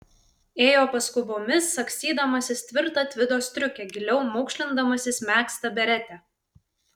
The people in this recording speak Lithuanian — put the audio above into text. ėjo paskubomis sagstydamasis tvirtą tvido striukę giliau maukšlindamasis megztą beretę